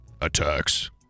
attacks